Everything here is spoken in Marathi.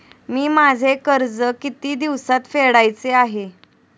मी माझे कर्ज किती दिवसांत फेडायचे आहे?